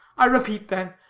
i repeat, then,